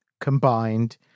combined